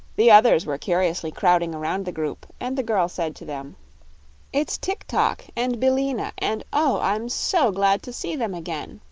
the others were curiously crowding around the group, and the girl said to them it's tik-tok and billina and oh! i'm so glad to see them again.